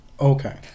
okay